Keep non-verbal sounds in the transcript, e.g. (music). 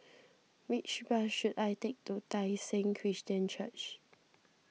(noise) which bus should I take to Tai Seng Christian Church